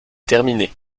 terminé